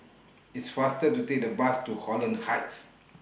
It's faster to Take The Bus to Holland Heights